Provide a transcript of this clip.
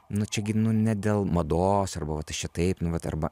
nu čia gi nu ne dėl mados arba vat aš čia taip nu vat arba